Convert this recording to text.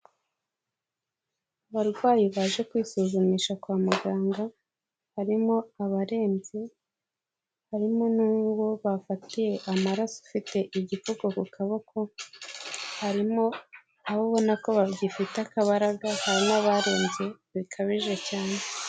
Abarwayi baje kwisuzumisha kwa muganga harimo abarembye, harimo n'uwo bafatiye amaraso ufite igituko ku kaboko, harimo abo ubona ko bagifite akabaraga, hari n'abarembye bikabije cyane.